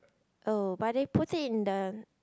oh but they put it in the